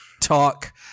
talk